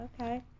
okay